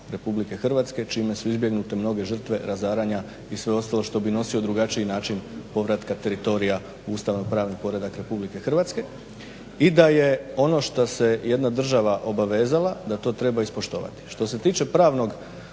poredak RH čime su izbjegnute mnoge žrtve, razaranja i sve ostalo što bi nosio drugačiji način povratka teritorija u ustavnopravni poredak RH. I ono što se jedna država obavezala da to treba ispoštovati. Što se tiče pravnog